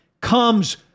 comes